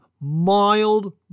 mild